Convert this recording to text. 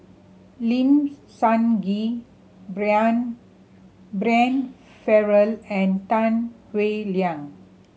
Lim Sun Gee Brian Farrell and Tan Howe Liang